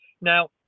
Now